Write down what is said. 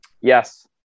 Yes